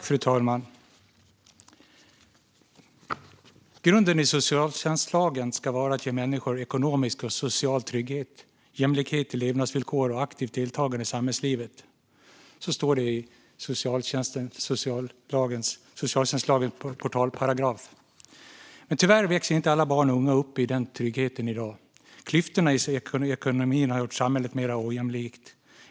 Fru talman! Grunden i socialtjänstlagen ska vara att ge människor ekonomisk och social trygghet, jämlikhet i levnadsvillkor och aktivt deltagande i samhällslivet. Så står det i socialtjänstlagens portalparagraf. Men tyvärr växer inte alla barn och unga upp i denna trygghet i dag. Klyftorna i ekonomin har gjort samhället mer ojämlikt.